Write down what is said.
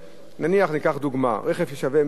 נניח, ניקח דוגמה: רכב ששווה 100,000 שקל.